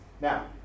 Now